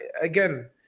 again